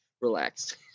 Relaxed